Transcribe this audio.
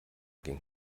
ging